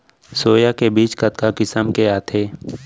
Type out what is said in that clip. Soya के बीज कतका किसम के आथे?